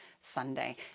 sunday